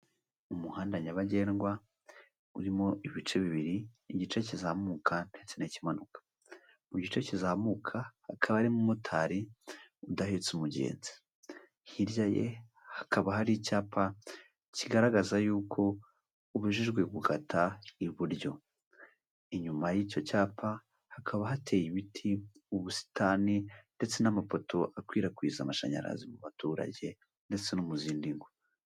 Umuhanda nyabagendwa urimo ibice bibiri, igice kizamuka ndetse n'ikimanuka, mu gice kizamuka hakaba ari umumotari udahetse umugenzi hirya ye hakaba hari icyapa kigaragaza yuko ubujijwe gukata inyuma y'icyo cyapa hakaba hateye ibiti, ubusitani ndetse n'amapoto akwirakwiza amashanyarazi mu baturage ndetse no mu zindi ngo.